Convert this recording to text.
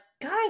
Guys